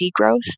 degrowth